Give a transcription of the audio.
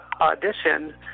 audition